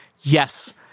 Yes